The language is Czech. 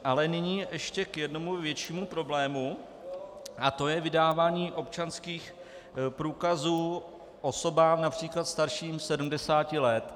Ale nyní ještě k jednomu většímu problému a to je vydávání občanských průkazů osobám například starším 70 let.